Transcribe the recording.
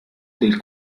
del